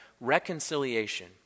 reconciliation